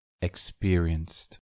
experienced